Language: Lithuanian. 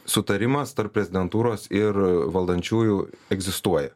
sutarimas tarp prezidentūros ir valdančiųjų egzistuoja